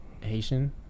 Haitian